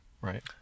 right